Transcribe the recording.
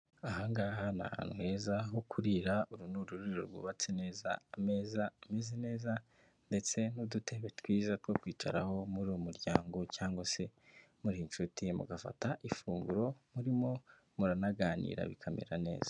Aha ngaha ni ahantu heza ho kurira uru ni ururiro rwubatse neza. Ameza ameze neza ndetse n'udutebe twiza twokwicaraho muri umuryango cyangwa se muri inshuti, mugafata ifunguro murimo muranaganira bikamera neza.